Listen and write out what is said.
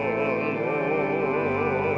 on